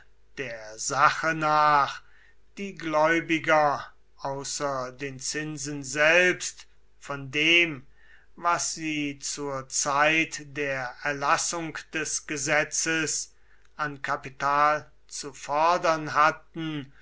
der sache nach die gläubiger außer den zinsen selbst von dem was sie zur zeit der erlassung des gesetzes an kapital zu fordern hatten